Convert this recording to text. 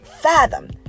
fathom